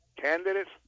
candidates